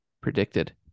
predicted